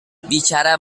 berbicara